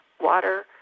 water